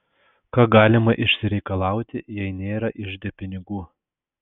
ką galima išsireikalauti jei nėra ižde pinigų